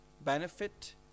benefit